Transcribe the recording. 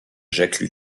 jacques